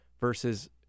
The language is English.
versus